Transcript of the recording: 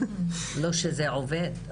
תודה רבה.